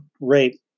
rape